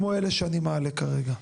כמו אלה שאני מעלה כרגע.